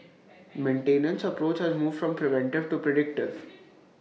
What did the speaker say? maintenance approach has moved from preventive to predictive